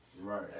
Right